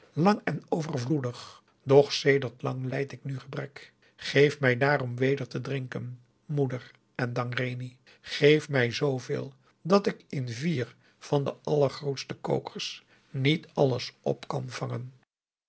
lang en overvloedig doch sedert lang lijd ik nu gebrek geef mij daarom weder te drinken moeder endang reni geef mij zooveel dat ik in vier van de allergrootste kokers niet alles op kan vangen